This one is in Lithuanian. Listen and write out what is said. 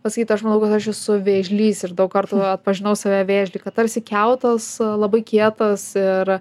pasakyt aš manau kad aš esu vėžlys ir daug kartų atpažinau save vėžlį kad tarsi kiautas labai kietas ir